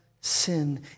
sin